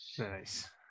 Nice